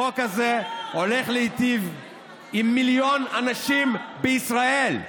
החוק הזה הולך להיטיב עם מיליון אנשים בישראל,